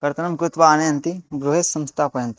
कर्तनं कृत्वा आनयन्ति गृहे संस्थापयन्ति